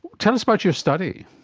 tell us about your study.